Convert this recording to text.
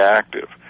active